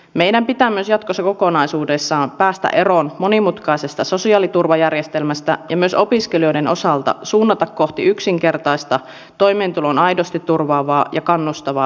meidän pitää jatkossa myös kokonaisuudessaan päästä eroon monimutkaisesta sosiaaliturvajärjestelmästä ja opiskelijoidenkin osalta suunnata kohti yksinkertaista toimeentulon aidosti turvaavaa ja kannustavaa perustuloa